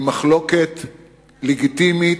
היא מחלוקת לגיטימית,